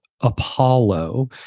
Apollo